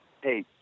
hey